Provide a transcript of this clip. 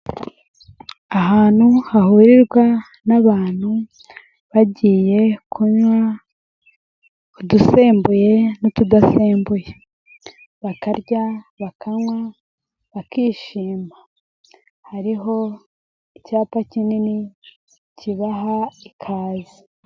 Ahantu hahurirwa n'abantu bagiye kunywa udusembuye n'utudasembuye, bakarya, bakanywa, bakishima. Hariho icyapa kinini kibaha ikaze.